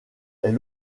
est